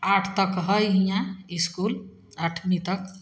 आठ तक हइ हिआँ इसकुल आठमी तक